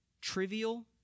trivial